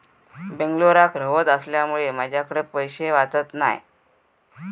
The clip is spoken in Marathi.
बेंगलोराक रव्हत असल्यामुळें माझ्याकडे पैशे वाचत नाय